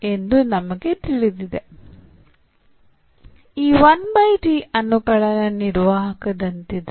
ಈ ಅನುಕಲನ ನಿರ್ವಾಹಕದಂತಿದೆ